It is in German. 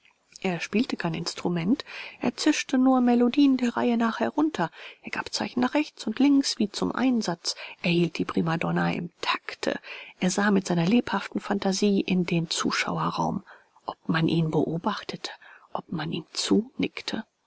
er spielte kein instrument er zischte nur melodien der reihe nach herunter er gab zeichen nach rechts und links wie zum einsatz er hielt die primadonna im takte er sah mit seiner lebhaften phantasie in den zuschauerraum ob man ihn beobachtete ob man ihm zunickte